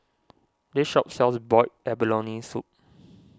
this shop sells Boiled Abalone Soup